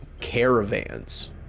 caravans